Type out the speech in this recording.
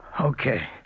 Okay